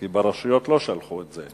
כי ברשויות לא שלחו את זה.